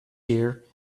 year